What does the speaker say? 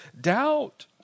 doubt